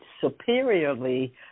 superiorly